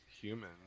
human